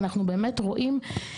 ואנחנו באמת רואים,